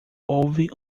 houve